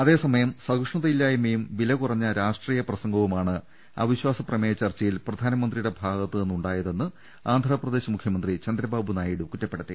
അതേസമയം സഹിഷ്ണുതയില്ലായ്മയും വിലകുറഞ്ഞ രാഷ്ട്രീയ പ്രസംഗവുമാണ് അവിശ്വാസ പ്രമേയ ചർച്ചയിൽ പ്രധാനമന്ത്രിയുടെ ഭാഗത്തുനിന്നുണ്ടായതെന്ന് ആന്ധ്രാ പ്രദേശ് മുഖ്യമന്ത്രി ചന്ദ്രബാബു നായിഡു കുറ്റപ്പെടുത്തി